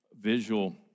visual